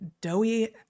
doughy